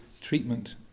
treatment